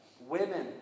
Women